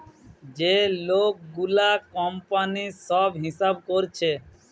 যে লোক গুলা কোম্পানির সব হিসাব কোরছে